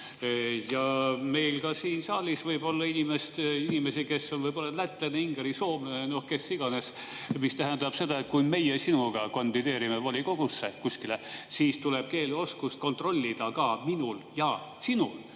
on. Meil ka siin saalis võib olla inimesi, kes on näiteks lätlane, ingerisoomlane – kes iganes. See tähendab seda, et kui meie sinuga kandideerime volikogusse kuskile, siis tuleb keeleoskust kontrollida ka minul ja sinul,